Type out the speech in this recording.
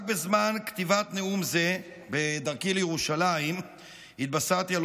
רק בזמן כתיבת נאום זה בדרכי לירושלים התבשרתי על